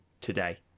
today